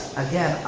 again,